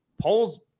Polls